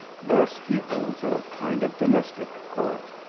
thus he holds a kind of domestic court,